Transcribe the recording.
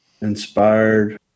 Inspired